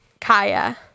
kaya